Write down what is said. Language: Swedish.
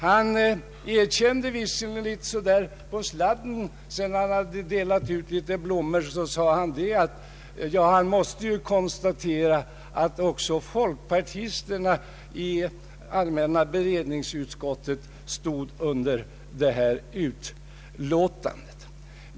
Han erkände visserligen litet på sladden, sedan han delat ut en del blommor, att också folkpartisterna i allmänna beredningsutskottet skrivit under detta utlåtande.